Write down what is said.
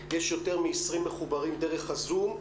יותר מ-20 מוזמנים שהזמנו לדיון והם מחוברים דרך הzoom-.